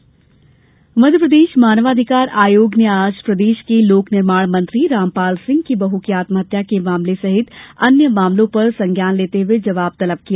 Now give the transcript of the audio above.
मानवाअधिकार मध्यप्रदेश मानव अधिकार आयोग ने आज प्रदेश के लोक निर्माण मंत्री रामपाल सिंह की बहू की आत्महत्या के मामले सहित अन्य मामलों पर संज्ञान लेते हुए जवाब तलब किया